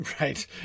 Right